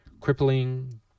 crippling